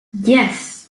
yes